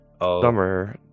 Summer